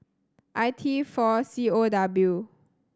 I T four C O W